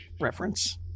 reference